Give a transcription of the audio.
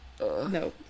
No